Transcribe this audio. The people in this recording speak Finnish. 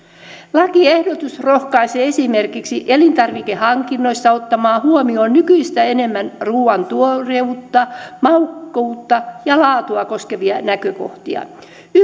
lakiehdotus rohkaisee esimerkiksi elintarvikehankinnoissa ottamaan huomioon nykyistä enemmän ruuan tuoreutta maukkautta ja laatua koskevia näkökohtia